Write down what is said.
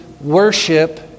worship